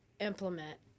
implement